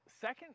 Second